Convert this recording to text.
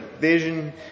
vision